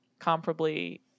comparably